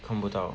看不到